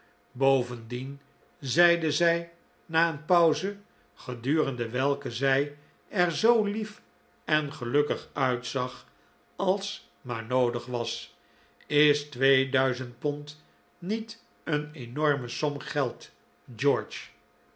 bovendien zeide zij na een pauze gedurende welke zij er zoo lief en gelukkig uitzag als maar noodig was is twee duizend pond niet een enorme som geld george